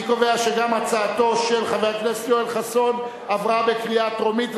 אני קובע שגם הצעתו של חבר הכנסת יואל חסון עברה בקריאה טרומית,